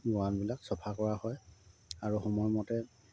গড়ালবিলাক চাফা কৰা হয় আৰু সময়মতে